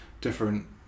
different